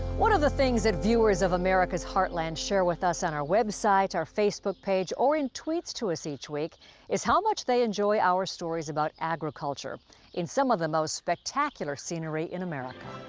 one of the things that viewers of america's heartland share with us on our website, our facebook page, or in tweets to us each week is how much they enjoy our stories about agriculture in some of the most spectacular scenery in america.